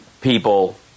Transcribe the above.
people